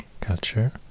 culture